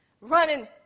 running